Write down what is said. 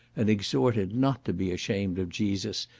and exhorted not to be ashamed of jesus,